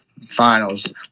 finals